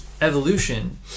evolution